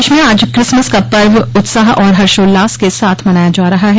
प्रदेश में आज क्रिसमस का पर्व उत्साह और हर्षोल्लास के साथ मनाया जा रहा है